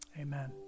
amen